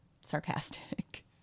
sarcastic